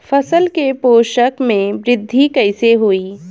फसल के पोषक में वृद्धि कइसे होई?